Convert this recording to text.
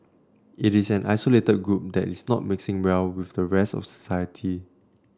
it is an isolated group that is not mixing well with the rest of society